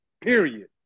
Period